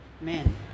Man